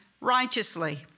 righteously